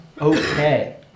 okay